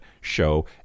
show